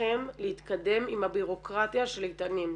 לכם להתקדם עם הבירוקרטיה של איתנים.